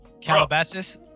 Calabasas